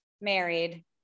married